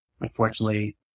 unfortunately